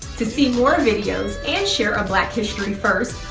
to see more videos, and share a black history first,